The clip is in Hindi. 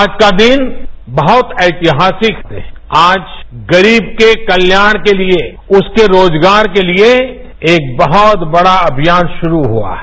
आज का दिन बहुत ऐतिहासिक आजगरीब के कल्याँण के लिए उसके रोजगार के लिए एक बहुत बड़ा अनियान शुरू हुआ है